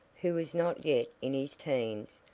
who was not yet in his teens,